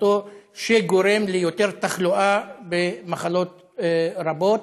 שזה גורם ליותר תחלואה במחלות רבות.